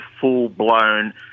full-blown